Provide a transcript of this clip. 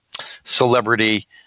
celebrity